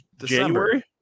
january